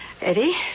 Eddie